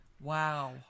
Wow